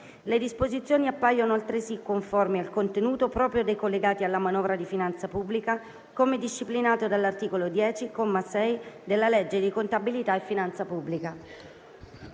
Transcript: Le disposizioni appaiono, altresì, conformi al contenuto proprio dei collegati alla manovra di finanza pubblica, come disciplinato dall'articolo 10, comma 6, della legge di contabilità e finanza pubblica.